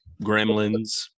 Gremlins